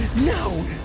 no